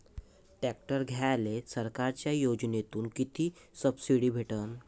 Tractor घ्यायले सरकारच्या योजनेतून किती सबसिडी भेटन?